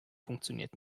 funktioniert